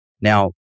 Now